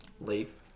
Late